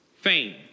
fame